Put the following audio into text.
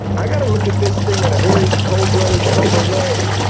i got to look at this thing in a very cold-blooded, sober way.